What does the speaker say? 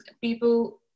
people